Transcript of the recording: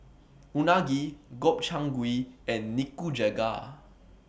Unagi Gobchang Gui and Nikujaga